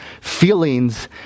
feelings